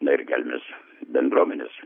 na ir kelmės bendruomenės